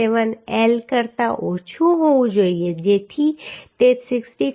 7 L કરતાં ઓછું હોવું જોઈએ જેથી તે 65